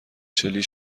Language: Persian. چلی